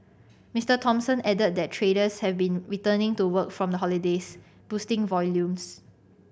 Mister Thompson added that traders have been returning to work from the holidays boosting volumes